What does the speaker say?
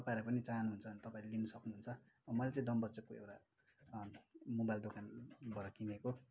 तपाईँहरू पनि चाहनुहुन्छ भने तपाईँहरू लिनु सक्नुहुन्छ मैले चाहिँ डम्बर चोकको एउटा मोबाइल दोकानबाट किनेको